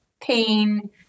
pain